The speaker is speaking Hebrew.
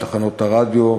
בתחנות הרדיו,